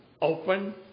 Open